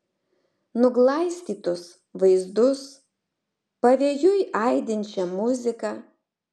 nuglaistytus vaizdus pavėjui aidinčią muziką